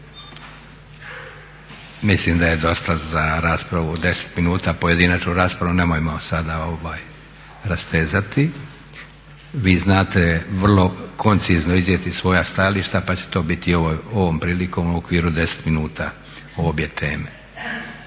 Mislim da je dosta za raspravu 10 minuta, pojedinačnu raspravu, nemojmo sada rastezati. Vi znate vrlo koncizno iznijeti svoja stajališta pa će to biti ovom prilikom u okviru 10 minuta o obje teme.